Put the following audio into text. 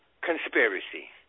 conspiracy